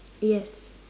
yes